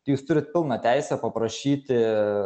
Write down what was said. jūs turit pilną teisę paprašyti